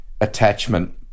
attachment